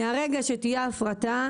מהרגע שתהיה הפרטה,